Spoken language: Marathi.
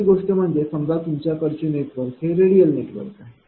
दुसरी गोष्ट म्हणजे समजा तुमच्याकडचे नेटवर्क हे रेडियल नेटवर्क आहे